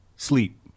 Sleep